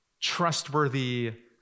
Trustworthy